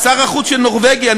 שר החוץ של נורבגיה,